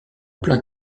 plein